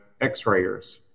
X-rayers